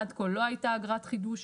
עד כה לא הייתה אגרת חידוש.